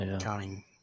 counting